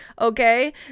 okay